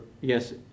yes